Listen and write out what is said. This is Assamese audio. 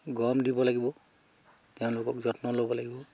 গৰম দিব লাগিব তেওঁলোকক যত্ন ল'ব লাগিব